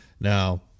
Now